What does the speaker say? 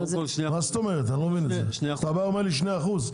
אתה אומר לי 2%,